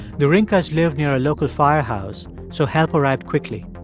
the rinkas live near a local firehouse, so help arrived quickly.